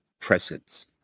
presence